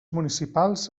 municipals